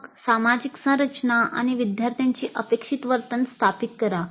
मग सामाजिक संरचना आणि विद्यार्थ्यांची अपेक्षित वर्तन स्थापित करा